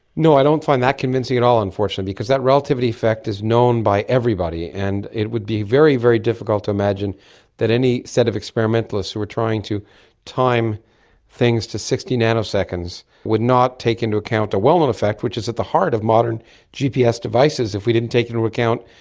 no, i don't find that convincing at all unfortunately because that relativity effect is known by everybody, and it would be very, very difficult to imagine that any set of experimentalists who were trying to time things to sixty nanoseconds would not take into account a well-known effect which is at the heart of modern gps devices. if we didn't take it into account,